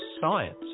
science